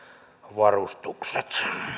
varustukset